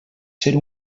ser